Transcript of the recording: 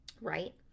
right